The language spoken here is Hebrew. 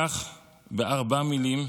כך, בארבע מילים,